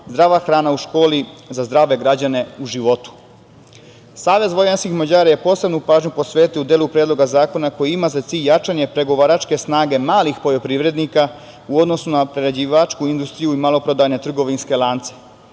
zdrava hrana u školi za zdrave građane u životu".Savez vojvođanskih Mađara je posebnu pažnju posvetio delu Predloga zakona koji ima za cilj jačanje pregovaračke snage malih poljoprivrednika u odnosu na prerađivačku industriju i maloprodajne trgovinske lance.